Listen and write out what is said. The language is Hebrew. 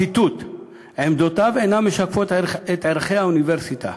ציטוט: "עמדותיו אינן משקפות את ערכי האוניברסיטה".